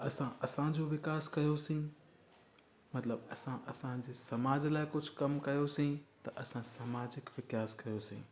असां असांजो विकास कयोसीं मतलबु असां असांजे समाज लाइ कुझु कमु कयोसीं त असां सामाजिक विकास कयोसीं